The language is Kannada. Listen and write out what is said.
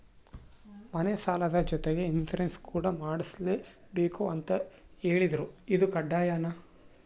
ಮನೆ ಸಾಲದ ಜೊತೆಗೆ ಇನ್ಸುರೆನ್ಸ್ ಕೂಡ ಮಾಡ್ಸಲೇಬೇಕು ಅಂತ ಹೇಳಿದ್ರು ಇದು ಕಡ್ಡಾಯನಾ?